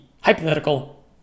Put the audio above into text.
hypothetical